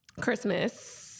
christmas